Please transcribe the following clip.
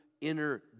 inner